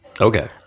Okay